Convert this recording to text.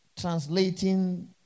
translating